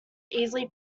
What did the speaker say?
easily